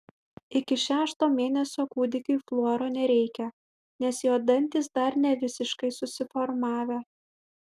iki šešto mėnesio kūdikiui fluoro nereikia nes jo dantys dar nevisiškai susiformavę